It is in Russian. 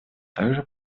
также